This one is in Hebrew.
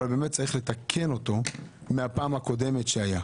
אבל צריך לתקן אותו מהפעם הקודמת שהייתה.